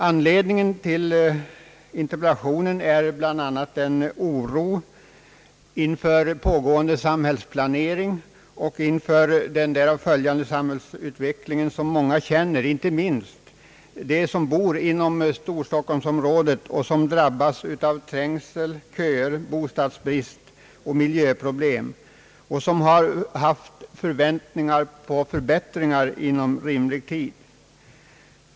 Anledningen till interpellationen är bl.a. den oro inför den här pågående samhällsplaneringen och inför den därav följande samhällsutvecklingen som många känner, inte minst de som bor inom storstockholmsområdet och som drabbas av trängsel, köer, bostadsbrist och miljöproblem och som haft förväntningar på förbättringar inom rimlig tid.